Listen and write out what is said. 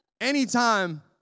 Anytime